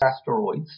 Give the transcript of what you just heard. asteroids